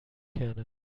kerne